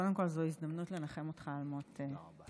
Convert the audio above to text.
קודם כול זאת הזדמנות לנחם אותך על מות אחותך.